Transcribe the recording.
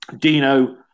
Dino